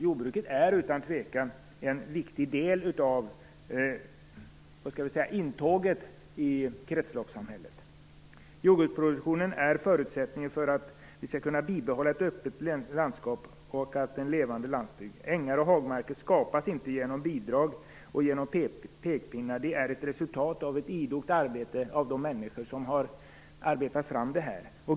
Jordbruket är utan tvekan en viktig del av intåget i kretsloppssamhället. Jordbruksproduktionen är förutsättningen för ett bibehållet öppet landskap och en levande landsbygd. Ängar och hagar skapas inte genom bidrag och pekpinnar, utan de är ett resultat av ett idogt arbete av de människor som har arbetat fram dem.